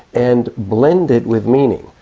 and blend it with meaning.